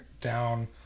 down